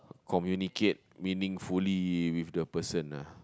communicate meaningfully with the person ah